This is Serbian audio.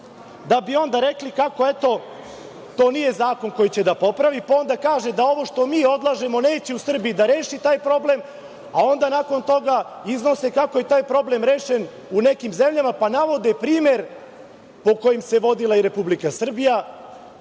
da bi onda rekli kako, eto, to nije zakon koji će da popravi, pa onda kažu da ovo što mi odlažemo neće u Srbiji da reši taj problem, a onda nakon toga iznose kako je taj problem rešen u nekim zemljama, pa navode primer po kojem se vodila i Republika Srbija,